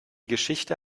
geschichte